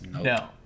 No